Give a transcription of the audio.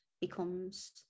becomes